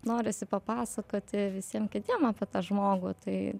norisi papasakoti visiem kitiem apie tą žmogų tai